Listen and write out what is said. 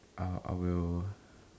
ah I will